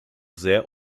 sehr